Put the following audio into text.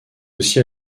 aussi